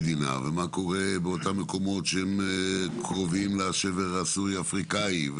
מקומות שקרובים לשבר השבר הסורי-אפריקאי,